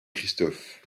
christophe